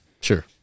Sure